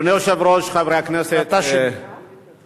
אדוני היושב-ראש, חברי הכנסת, ואתה שני.